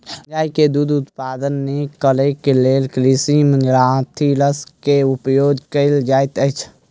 गाय के दूध उत्पादन नीक करैक लेल कृत्रिम ग्रंथिरस के उपयोग कयल जाइत अछि